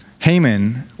Haman